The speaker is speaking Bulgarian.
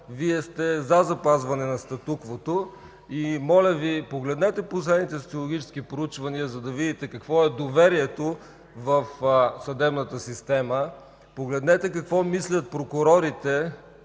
че сте за запазване на статуквото. Моля Ви, погледнете последните социологически проучвания, за да видите какво е доверието в съдебната система. Погледнете какво мислят прокурорите.